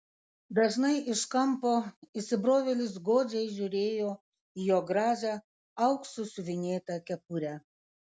dažnai iš kampo įsibrovėlis godžiai žiūrėjo į jo gražią auksu siuvinėtą kepurę